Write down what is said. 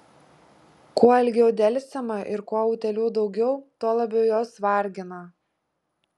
kuo ilgiau delsiama ir kuo utėlių daugiau tuo labiau jos vargina